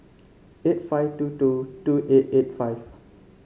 eight five two two two eight eight five